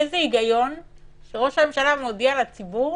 איזה היגיון זה שראש הממשלה מודיע לציבור